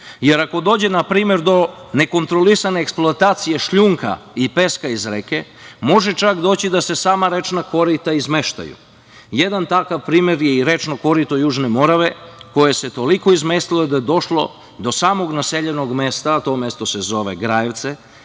jer ako dođe na primer do nekontrolisane eksploatacije šljunka i peska iz reke može čak doći da se sama rečna korita izmeštaju. Jedan takav primer je i rečno korito Južne Morave koje se toliko izmestilo da je došlo do samog naseljenog mesta, a to mesto se zove Grajevce